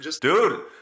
Dude